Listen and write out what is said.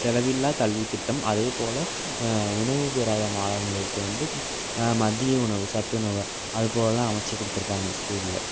செலவில்லாத கல்வித்திட்டம் அதேபோல் உணவு பெறாத மாணவர்களுக்கு வந்து மதிய உணவு சத்துணவு அதுபோலெலாம் அமைச்சிக் கொடுத்துருக்காங்க ஸ்கூலில்